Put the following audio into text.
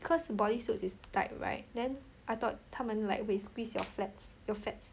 cause body suits is tight right then I thought 他们 like 会 squeeze your flabs your fats